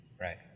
right